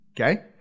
Okay